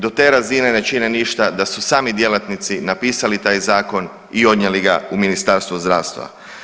Do te razine ne čine ništa da su sami djelatnici napisali taj zakon i odnijeli ga u Ministarstvo zdravstva.